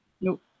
Nope